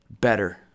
better